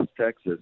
Texas